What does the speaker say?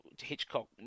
Hitchcock